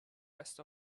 best